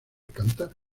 cantar